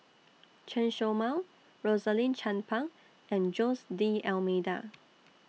Chen Show Mao Rosaline Chan Pang and Jose D'almeida